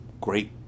great